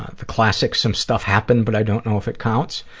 the classic some stuff happened, but i don't know if it counts.